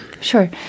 Sure